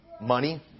Money